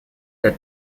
der